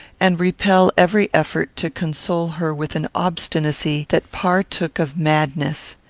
and repel every effort to console her with an obstinacy that partook of madness.